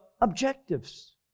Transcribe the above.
objectives